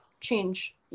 change